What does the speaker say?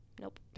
Nope